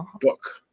book